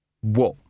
What